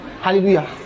Hallelujah